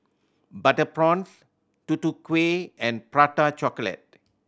butter prawns Tutu Kueh and Prata Chocolate